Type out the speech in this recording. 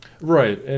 Right